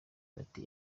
bati